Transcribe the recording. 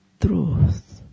truth